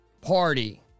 party